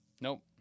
Nope